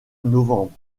novembre